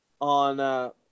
on